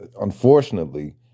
unfortunately